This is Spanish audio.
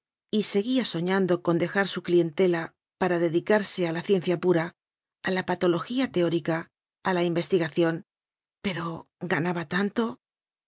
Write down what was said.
y seguía soñando con dejar su clientela para dedicarse a la ciencia pura a la patología teórica a la investigación pero ganaba tanto